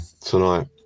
tonight